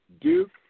Duke